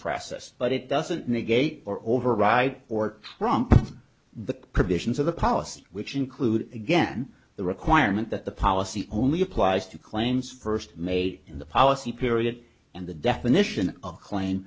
process but it doesn't negate or over right or wrong the provisions of the policy which include again the requirement that the policy only applies to claims first made in the policy period and the definition of claim